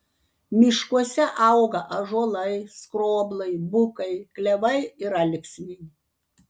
miškuose auga ąžuolai skroblai bukai klevai ir alksniai